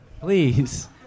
please